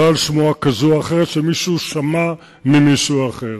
לא על שמועה כזאת או אחרת שמישהו שמע ממישהו אחר.